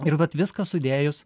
ir vat viską sudėjus